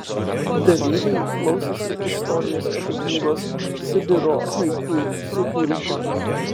dalyviai klausėsi istorijos apie knygos sibiro haiku sukūrimą